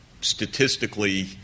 statistically